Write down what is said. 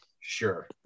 Sure